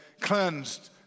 cleansed